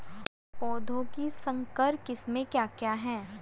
पौधों की संकर किस्में क्या क्या हैं?